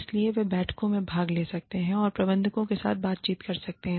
इसलिए वे बैठकों में भाग ले सकते हैं और प्रबंधकों के साथ बातचीत कर सकते हैं